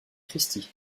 christie